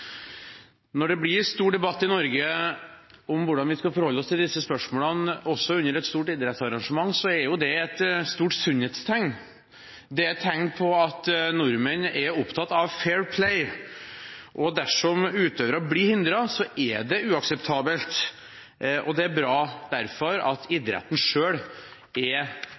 Når det blir stor debatt i Norge om hvordan vi skal forholde oss til disse spørsmålene, også under et stort idrettsarrangement, er det et stort sunnhetstegn. Det er et tegn på at nordmenn er opptatt av fair play. Dersom utøvere blir hindret, er det uakseptabelt. Det er derfor bra at idretten selv er